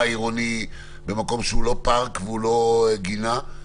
עירוני במקום שהוא לא פארק והוא לא גינה.